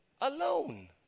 alone